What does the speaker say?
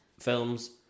Films